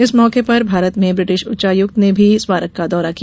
इस मौके पर भारत में ब्रिटिश उच्चायुक्त ने भी स्मारक का दौरा किया